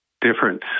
difference